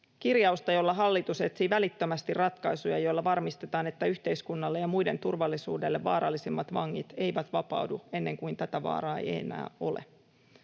kirjausta, jolla hallitus etsii välittömästi ratkaisuja, joilla varmistetaan, että yhteiskunnalle ja muiden turvallisuudelle vaarallisimmat vangit eivät vapaudu ennen kuin tätä vaaraa ei enää ole.